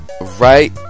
right